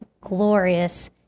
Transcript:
glorious